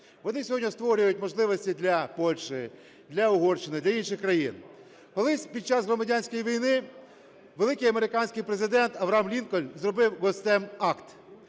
Вони сьогодні створюють можливості для Польщі, для Угорщини, для інших країн. Колись, під час Громадянської війни, великий американський президент Авраам Лінкольн зробив Гомстед-акт.